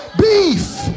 beef